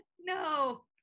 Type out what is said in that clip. No